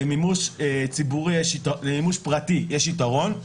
למימוש פרטי יש יתרון,